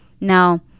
Now